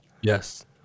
Yes